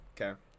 okay